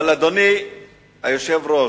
אדוני היושב-ראש,